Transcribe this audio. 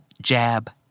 jab